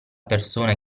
persone